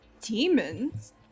Demons